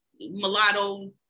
mulatto